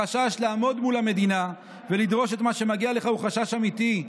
החשש לעמוד מול המדינה ולדרוש את מה שמגיע לך הוא חשש אמיתי.